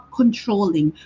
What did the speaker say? controlling